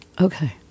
Okay